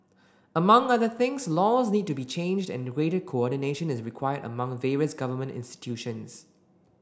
among other things laws need to be changed and greater coordination is required among various government institutions